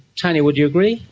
tanya, would you agree?